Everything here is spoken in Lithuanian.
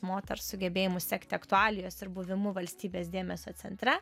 moters sugebėjimu sekti aktualijas ir buvimu valstybės dėmesio centre